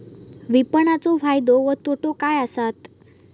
विपणाचो फायदो व तोटो काय आसत?